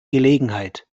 gelegenheit